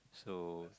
so